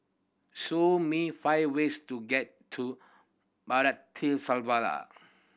show me five ways to get to